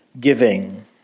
giving